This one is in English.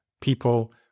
people